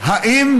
האם